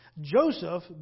Joseph